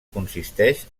consisteix